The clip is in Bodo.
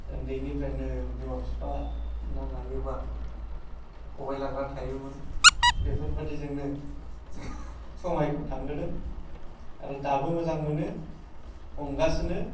उन्दैनिफ्रायनो बिमा बिफा ना लायोब्ला खबाइ लाग्रा थायोमोन बेफोरबादिजोंनो समायखौ थांहोदों आरो दाबो मोजां मोनो हमगासिनो